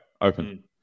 open